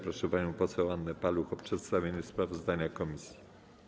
Proszę panią poseł Annę Paluch o przedstawienie sprawozdania komisji.